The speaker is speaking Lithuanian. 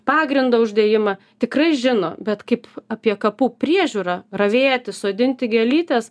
pagrindo uždėjimą tikrai žino bet kaip apie kapų priežiūrą ravėti sodinti gėlytes